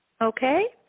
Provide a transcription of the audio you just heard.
Okay